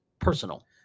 personal